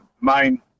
main